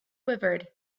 quivered